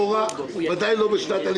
כלכלה, תשתיות ותחבורה, שינסה לדייק.